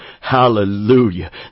Hallelujah